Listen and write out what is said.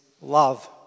love